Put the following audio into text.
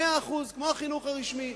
100% כמו החינוך הרשמי.